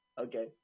Okay